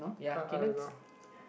uh I dunno